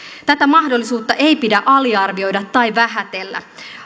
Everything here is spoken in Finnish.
tätä mahdollisuutta ei pidä aliarvioida tai vähätellä